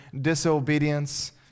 disobedience